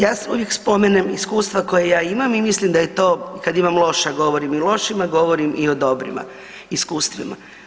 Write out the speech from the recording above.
Ja uvijek spomenem iskustva koja imam i mislim da je to i kad imam loša, govorim i o lošima, govorim i o dobrima iskustvima.